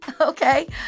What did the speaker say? Okay